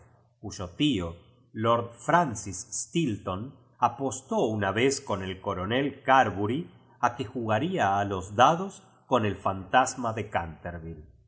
cuyo tío lord fronda stilton apos tó una vez con el coronel carbury a que jugaría a los dados eon el fantasma de canterville